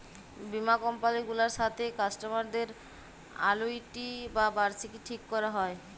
বীমা কমপালি গুলার সাথে কাস্টমারদের আলুইটি বা বার্ষিকী ঠিক ক্যরা হ্যয়